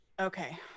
Okay